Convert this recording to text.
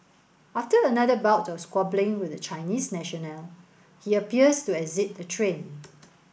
after another bout of squabbling with the Chinese national he appears to exit the train